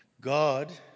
God